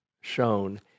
shown